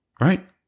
right